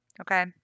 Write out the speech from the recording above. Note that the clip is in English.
okay